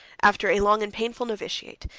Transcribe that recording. after a long and painful novitiate,